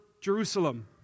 Jerusalem